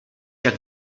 jak